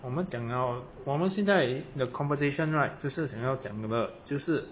我们讲 now 我们现在的 conversation right 就是想要讲那个就是